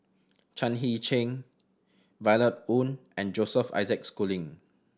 Chan Heng Chee Violet Oon and Joseph Isaac Schooling